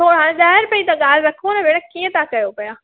थोरा हाणे ॾह रुपिए जी त ॻाल्हि रखो न भैण कीअं ता कयो पया